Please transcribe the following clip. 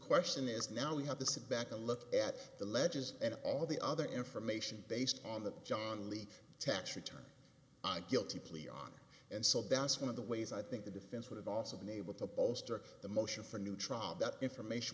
question is now we have to sit back and look at the ledges and all the other information based on the john lee tax return i guilty plea on and so bass one of the ways i think the defense would have also been able to bolster the motion for a new trial that information